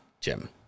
Jim